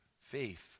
faith